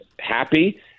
happy